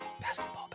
Basketball